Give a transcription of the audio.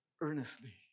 earnestly